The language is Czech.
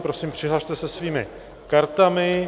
Prosím, přihlaste se svými kartami.